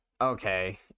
Okay